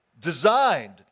designed